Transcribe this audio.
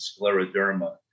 scleroderma